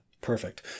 Perfect